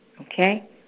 Okay